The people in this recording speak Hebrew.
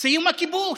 סיום הכיבוש.